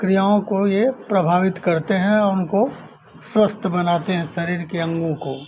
क्रियाओं को यह प्रभावित करते हैं और उनको स्वस्थ बनाते हैं शरीर के अंगों को